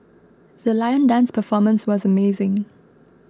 the lion dance performance was amazing